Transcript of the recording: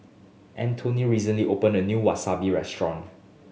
Antoine recently opened a new Wasabi Restaurant